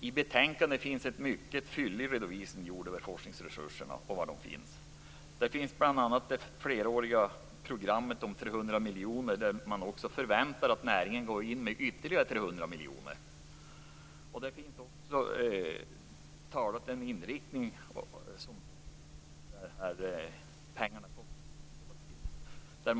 I betänkandet görs en mycket fyllig redovisning av var forskningsresurserna finns. Däribland finns bl.a. det fleråriga program som omfattar 300 miljoner och i vilket man förväntar att näringen skall gå in med ytterligare 300 miljoner. Det redovisas också vilken inriktning som användningen av dessa medel kommer att få.